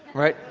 right?